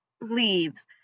leaves